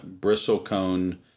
bristlecone